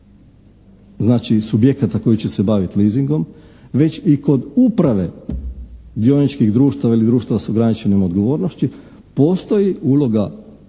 znači subjekata koji će se baviti leasingom već i kod uprave dioničkih društava ili društva s ograničenom odgovornošću postoji uloga